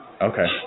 Okay